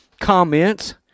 comments